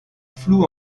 flou